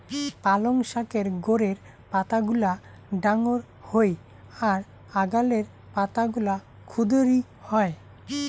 পালঙ শাকের গোড়ের পাতাগুলা ডাঙর হই আর আগালের পাতাগুলা ক্ষুদিরী হয়